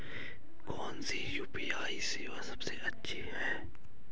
कौन सी यू.पी.आई सेवा सबसे अच्छी है?